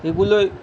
এগুলোই